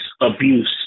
abuse